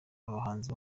abahanzi